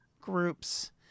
groups